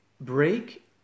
break